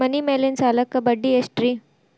ಮನಿ ಮೇಲಿನ ಸಾಲಕ್ಕ ಬಡ್ಡಿ ಎಷ್ಟ್ರಿ?